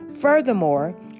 Furthermore